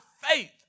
faith